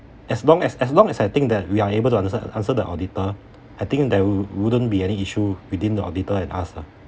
as long as as long as I think that we are able to understand answer the auditor I think there wouldn't be any issue within the auditor and us lah